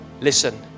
Listen